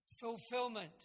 fulfillment